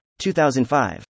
2005